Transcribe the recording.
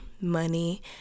money